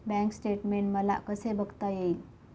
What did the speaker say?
Bank statement मला कसे बघता येईल?